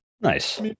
nice